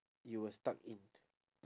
you were stuck in